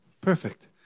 Perfect